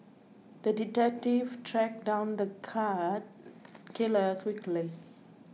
the detective tracked down the cat killer quickly